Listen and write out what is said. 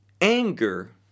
anger